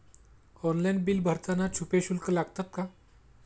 Online bill भरताना छुपे शुल्क लागतात का?